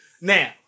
Now